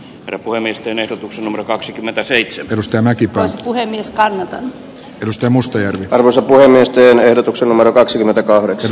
eero reijosen ehdotus kaksikymmentäseitsemänusta näki prost puhemies karen gystä mustajoen arvoisa puhemies työnä ehdotuksen numero kaksikymmentäkahdeksan